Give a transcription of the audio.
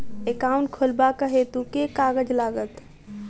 Account खोलाबक हेतु केँ कागज लागत?